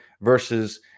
versus